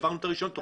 העברנו את הרישיון.